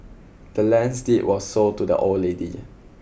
the land's deed was sold to the old lady